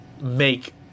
make